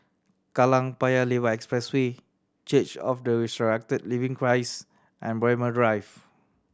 Kallang Paya Lebar Expressway Church of the Resurrected Living Christ and Braemar Drive